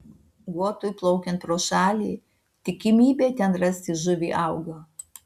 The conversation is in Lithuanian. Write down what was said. guotui plaukiant pro šalį tikimybė ten rasti žuvį auga